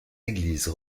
églises